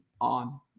on